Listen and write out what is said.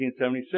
1976